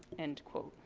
end quote.